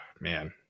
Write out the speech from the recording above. Man